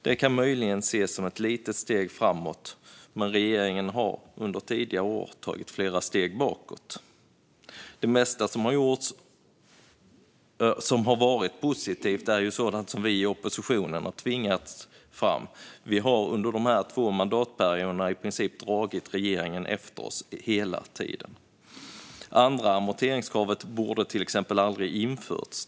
Det kan möjligen ses som ett litet steg framåt, men regeringen har under tidigare år tagit flera steg bakåt. Det mesta som har gjorts som har varit positivt är sådant som vi i oppositionen har tvingat fram. Vi har under dessa två mandatperioder i princip dragit regeringen efter oss hela tiden. Det andra amorteringskravet borde till exempel aldrig ha införts.